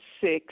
six